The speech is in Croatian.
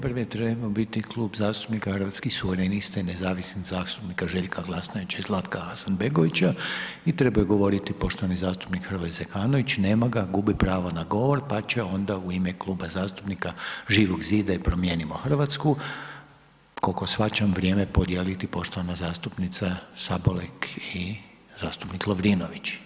Prvi je trebao biti Kluba zastupnika Hrvatskih suverenista i nezavisnih zastupnika Željka Glasnovića i Zlatka Hasanbegovića i trebao je govoriti poštovani zastupnik Hrvoje Zekanović, nema ga, gubi pravo na govor pa će onda u ime Kluba zastupnika Živog zida i Promijenimo Hrvatsku, koliko shvaćam, vrijeme podijeliti poštovana zastupnica Sabolek i zastupnik Lovrinović.